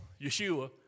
Yeshua